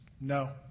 No